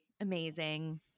amazing